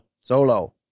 Solo